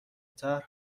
طرح